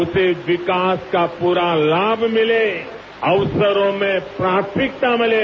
उसे विकास का पूरा लाभ मिले अवसरों में प्राथमिकता मिले